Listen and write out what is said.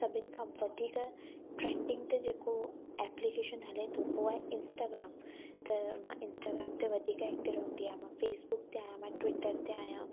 सभिनि खां वधीक ट्रेंडिंग ते जोको एप्लीकेशन हले थो उहो आहे इंस्टाग्राम त मां इंस्टाग्राम ते वधीक एक्टिव रहंदी आहियां मां फेसबुक ते आहियां मां ट्विटर ते आहियां